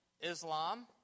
Islam